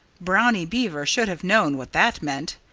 brownie beaver should have known what that meant.